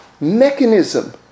mechanism